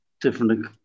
different